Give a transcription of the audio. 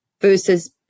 versus